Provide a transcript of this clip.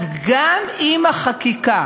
אז גם אם החקיקה